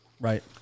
Right